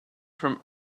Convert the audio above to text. from